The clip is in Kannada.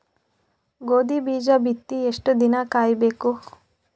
ಗೋಧಿ ಬೀಜ ಬಿತ್ತಿ ಎಷ್ಟು ದಿನ ಕಾಯಿಬೇಕು?